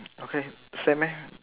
okay same here